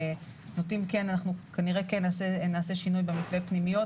אנחנו כנראה כן נעשה שינוי במתווה הפנימיות.